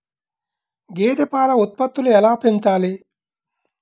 గేదె పాల ఉత్పత్తులు ఎలా పెంచాలి?